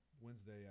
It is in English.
Wednesday